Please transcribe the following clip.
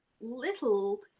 little